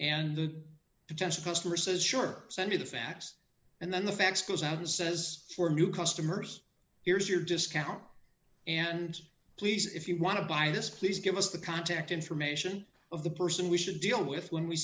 and the potential customer says sure send you the facts and then the fax goes out and says for new customers here's your discount and please if you want to buy this please give us the contact information of the person we should deal with when we